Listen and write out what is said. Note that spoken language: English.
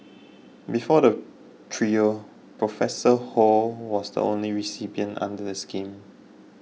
before the trio Professor Ho was the only recipient under the scheme